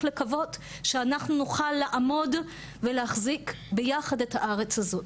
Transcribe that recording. לקוות שאנחנו נוכל לעמוד ולהחזיק ביחד את הארץ הזאת.